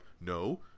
No